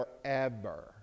Forever